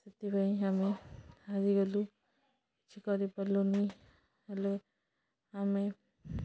ସେଥିପାଇଁ ଆମେ ହାରିଗଲୁ କିଛି କରିପାରିଲୁନି ହେଲେ ଆମେ